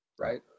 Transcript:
Right